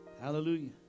Hallelujah